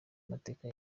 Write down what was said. amateka